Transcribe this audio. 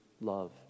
love